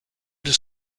does